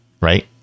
right